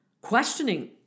questioning